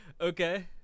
okay